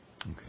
Okay